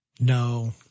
No